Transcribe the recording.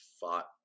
fought